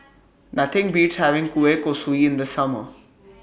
Nothing Beats having Kueh Kosui in The Summer